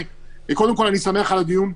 קודם כול אני שמח על הדיון,